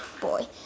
boy